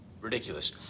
ridiculous